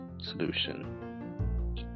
solution